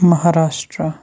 Maharashtra